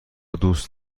دوست